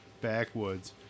backwoods